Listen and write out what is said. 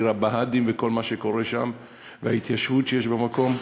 עיר הבה"דים וכל מה שקורה שם וההתיישבות שיש במקום,